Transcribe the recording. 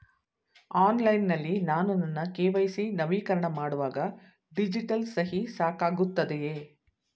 Online ನಲ್ಲಿ ನಾನು ನನ್ನ ಕೆ.ವೈ.ಸಿ ನವೀಕರಣ ಮಾಡುವಾಗ ಡಿಜಿಟಲ್ ಸಹಿ ಸಾಕಾಗುತ್ತದೆಯೇ?